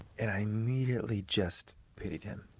and i immediately just pitied him,